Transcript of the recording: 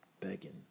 begging